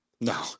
No